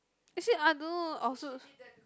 actually I don't also